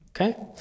Okay